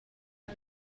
has